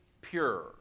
pure